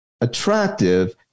attractive